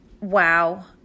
Wow